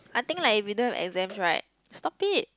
I think like if we don't have exams right stop it